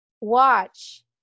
Watch